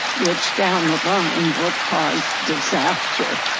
which down the line will cause disaster.